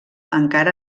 encara